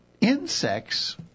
insects